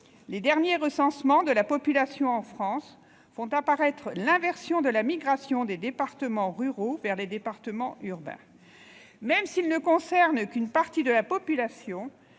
les derniers recensements font apparaître l'inversion de la migration des départements ruraux vers les départements urbains. Même s'ils ne concernent qu'une partie de la population,